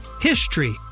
HISTORY